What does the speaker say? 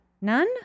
None